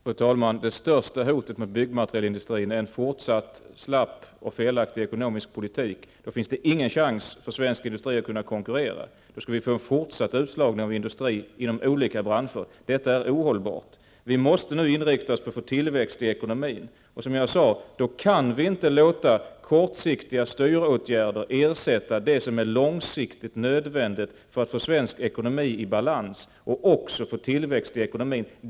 Fru talman! Det största hotet mot byggmaterialindustrin är en fortsatt slapp och felaktig ekonomisk politik. Det finns då ingen chans för svensk industri att kunna konkurrera. Vi skulle få en fortsatt utslagning av industrin inom olika branscher. Detta är ohållbart. Vi måste nu inrikta oss på att få tillväxt i ekonomin. Vi kan då inte, som jag tidigare sade, låta kortsiktiga styråtgärder ersätta det som är långsiktigt nödvändigt för att få svensk ekonomi i balans och även få tillväxt i ekonomin.